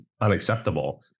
unacceptable